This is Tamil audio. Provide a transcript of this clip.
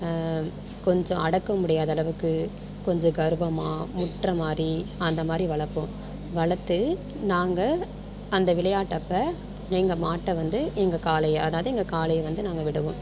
கொஞ்சம் அடக்க முடியாத அளவுக்கு கொஞ்சம் கர்வமா முட்டுற மாதிரி அந்த மாதிரி வளர்ப்போம் வளர்த்து நாங்கள் அந்த விளையாட்டப்ப எங்கள் மாட்டை வந்து எங்கள் காளையை அதாவது எங்கள் காளையை வந்து நாங்கள் விடுவோம்